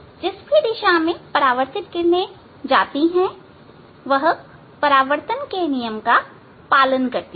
जिस भी दिशा में परावर्तित किरणें जाती हैं यह परावर्तन के नियम का पालन करती हैं